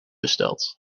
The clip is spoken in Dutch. besteld